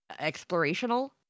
explorational